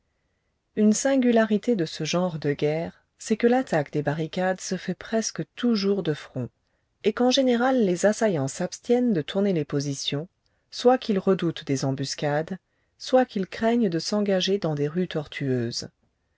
une singularité de ce genre de guerre c'est que l'attaque des barricades se fait presque toujours de front et qu'en général les assaillants s'abstiennent de tourner les positions soit qu'ils redoutent des embuscades soit qu'ils craignent de s'engager dans des rues tortueuses